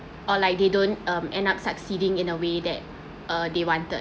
or like they don't um end up succeeding in a way that uh they wanted